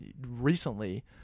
recently